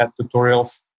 tutorials